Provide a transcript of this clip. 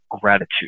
gratitude